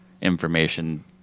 information